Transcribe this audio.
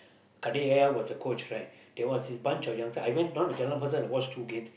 Kadir Yahaya was the coach right there was this bunch of youngsters I went down to Jalan-Besar to watch two games